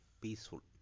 peaceful